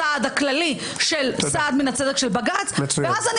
הסעד הכללי של סעד מן הצדק של בג"צ ואז אני